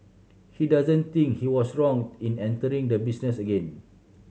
he doesn't think he was wrong in entering the business again